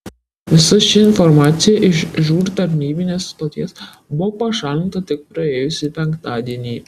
visa ši informacija iš žūr tarnybinės stoties buvo pašalinta tik praėjusį penktadienį